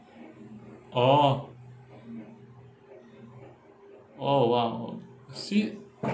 oh oh !wow! seat